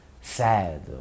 sad